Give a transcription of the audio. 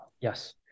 Yes